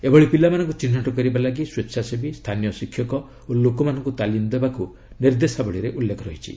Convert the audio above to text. ଏଭଳି ପିଲାମାନଙ୍କୁ ଚିହ୍ନଟ କରିବା ଲାଗି ସ୍ୱେଚ୍ଛାସେବୀ ସ୍ଥାନୀୟ ଶିକ୍ଷକ ଓ ଲୋକମାନଙ୍କୁ ତାଲିମ ଦେବାକୁ ନିର୍ଦ୍ଦେଶାବଳୀରେ ଉଲ୍ଲେଖ ରହିଛି